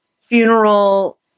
funeral